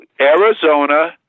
Arizona